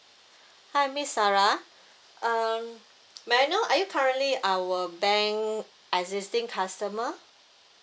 hi miss sarah um may I know are you currently our bank existing customer